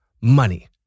money